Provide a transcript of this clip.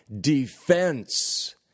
defense